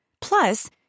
Plus